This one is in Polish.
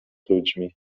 ludźmi